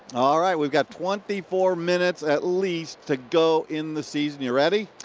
ah we've got twenty four minutes at least to go in the season. you ready?